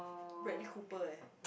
Bradley-Cooper eh